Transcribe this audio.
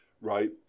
right